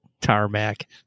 tarmac